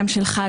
גם שלך,